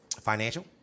financial